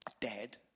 dead